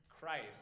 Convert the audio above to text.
Christ